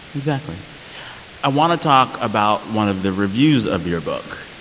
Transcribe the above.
exactly i want to talk about one of the reviews of your book.